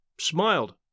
smiled